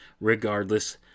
regardless